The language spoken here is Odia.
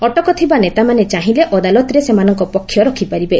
ଅଟକ ଥିବା ନେତାମାନେ ଚାହିଁଲେ ଅଦାଲତରେ ସେମାନଙ୍କ ପକ୍ଷ ରଖିପାରିବେ